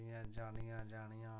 जियां जान्नियां जानियां